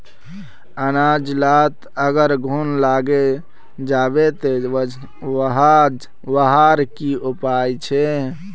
अनाज लात अगर घुन लागे जाबे ते वहार की उपाय छे?